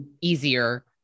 easier